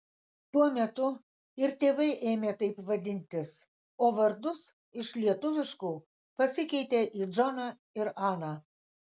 tuo metu ir tėvai ėmė taip vadintis o vardus iš lietuviškų pasikeitė į džoną ir aną